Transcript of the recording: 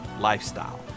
lifestyle